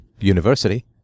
university